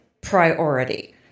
priority